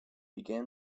began